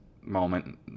moment